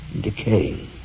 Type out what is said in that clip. decaying